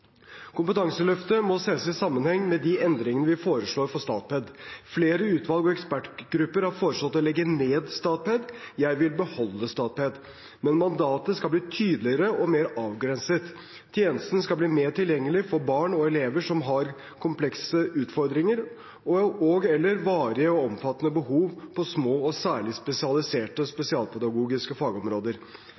Kompetanseløftet må ses i sammenheng med de endringene vi foreslår for Statped. Flere utvalg og ekspertgrupper har foreslått å legge ned Statped – jeg vil beholde Statped, men mandatet skal bli tydeligere og mer avgrenset. Tjenesten skal bli mer tilgjengelig for barn og elever som har komplekse utfordringer og/eller varige og omfattende behov på små og særlig spesialiserte spesialpedagogiske fagområder.